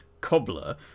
cobbler